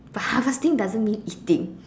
but harvesting doesn't mean eating